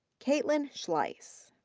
kaitlyn schleis.